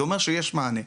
זה אומר שיש מענה.